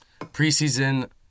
preseason